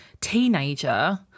teenager